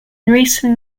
recent